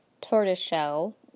tortoiseshell